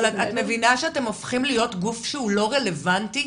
אבל את מבינה שאתם הופכים להיות גוף שהוא לא רלוונטי?